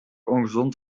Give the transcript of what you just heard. ongezond